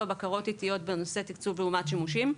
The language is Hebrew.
בקרות עיתיות בנושא תקצוב לעומת שימושים.